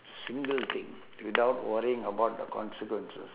single thing without worrying about the consequences